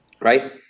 right